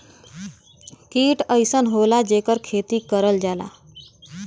कीट अइसन होला जेकर खेती करल जाला